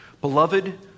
Beloved